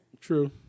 True